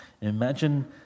Imagine